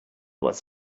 was